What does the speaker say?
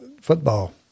football